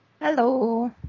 Hello